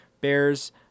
Bears